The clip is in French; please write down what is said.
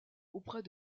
auprès